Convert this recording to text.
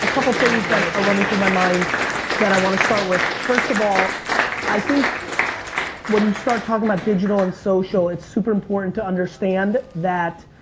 ah couple things that are running through my mind that i wanna start with. first of all i think when you start talking about digital and social it's super important to understand that